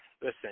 Listen